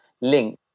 link